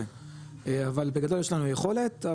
כן אבל בגדול יש לנו יכולת,